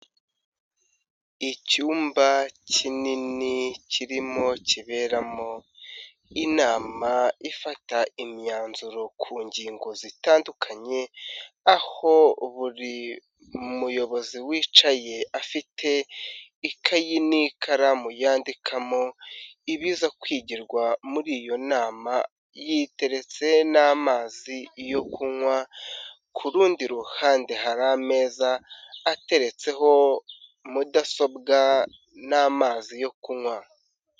Icyumba kinini kirimo kiberamo inama ifata imyanzuro ku ngingo zitandukanye, aho buri muyobozi wicaye afite ikayi n'ikaramu yandikamo ibiza kwigirwa muri iyo nama yiteretse n'amazi yo kunywa, ku rundi ruhande hari ameza ateretseho mudasobwa n'amazi yo kunywa.